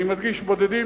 אני מדגיש: בודדים,